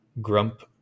grump